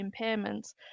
impairments